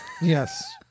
Yes